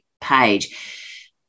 page